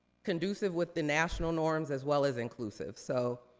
conducive with the national norms, as well as inclusive. so,